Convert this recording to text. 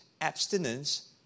abstinence